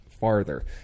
farther